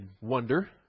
wonder